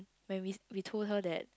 when we we told her that